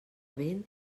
vent